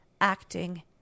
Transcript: acting